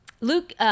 Luke